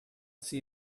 see